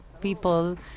people